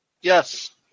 Yes